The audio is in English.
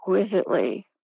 exquisitely